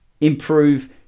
improve